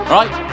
right